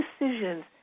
decisions